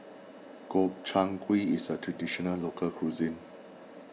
Gobchang Gui is a Traditional Local Cuisine